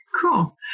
cool